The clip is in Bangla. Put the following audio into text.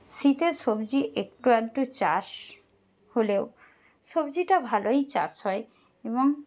শীতের সবজি একটু আধটু চাষ হলেও সবজিটা ভালোই চাষ হয় এবং